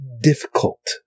difficult